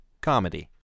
comedy